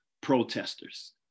protesters